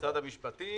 במשרד המשפטים,